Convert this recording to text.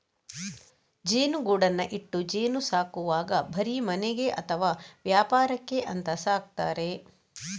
ಜೇನುಗೂಡನ್ನ ಇಟ್ಟು ಜೇನು ಸಾಕುವಾಗ ಬರೀ ಮನೆಗೆ ಅಥವಾ ವ್ಯಾಪಾರಕ್ಕೆ ಅಂತ ಸಾಕ್ತಾರೆ